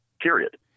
period